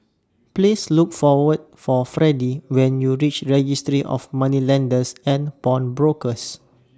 Please Look For were For Fredy when YOU REACH Registry of Moneylenders and Pawnbrokers